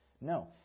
no